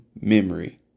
memory